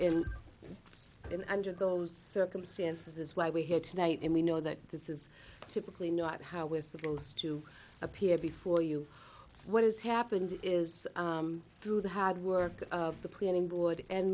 us and under those circumstances is why we're here tonight and we know that this is typically not how we're supposed to appear before you what has happened is through the hard work of the planning board and